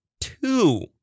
two